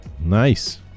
nice